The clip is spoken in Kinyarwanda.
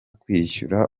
kwishyura